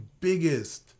biggest